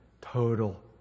total